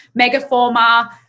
Megaformer